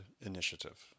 initiative